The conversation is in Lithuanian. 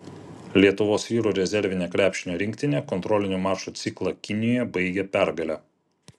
lietuvos vyrų rezervinė krepšinio rinktinė kontrolinių mačų ciklą kinijoje baigė pergale